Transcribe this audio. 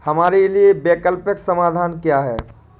हमारे लिए वैकल्पिक समाधान क्या है?